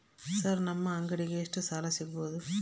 Sir ನಮ್ಮ ಅಂಗಡಿಗೆ ಎಷ್ಟು ಸಾಲ ಸಿಗಬಹುದು?